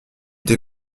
t’es